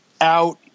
out